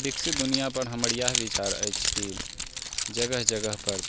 विकसित दुनिआ पर हमर इएह विचार अछि कि जगह जगह पर